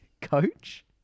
Coach